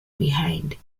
behind